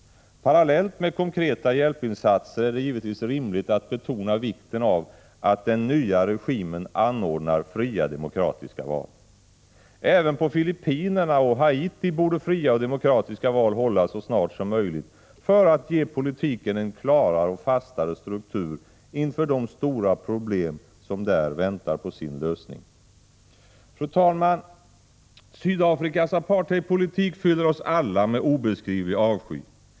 Parallellt med konkreta hjälpinsatser är det givetvis rimligt att betona vikten av att den nya regimen anordnar fria demokratiska val. Även på Filippinerna och Haiti borde fria och demokratiska val hållas så snart som möjligt för att ge politiken en klarare och fastare struktur inför de stora problem som där väntar på sin lösning. Fru talman! Sydafrikas apartheidpolitik fyller oss alla med obeskrivlig avsky.